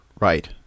right